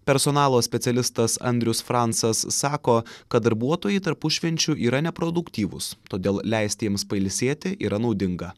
personalo specialistas andrius francas sako kad darbuotojai tarpušvenčiu yra neproduktyvūs todėl leisti jiems pailsėti yra naudinga